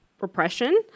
repression